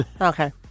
Okay